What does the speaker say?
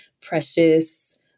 precious